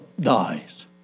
dies